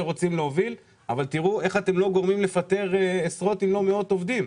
רוצים להוביל בלי לפטר עשרות אם לא מאות עובדים.